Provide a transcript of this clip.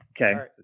Okay